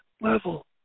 level